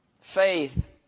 faith